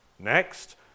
Next